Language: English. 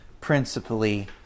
principally